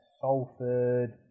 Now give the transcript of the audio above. Salford